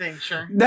sure